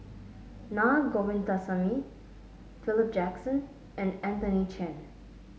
Na Govindasamy Philip Jackson and Anthony Chen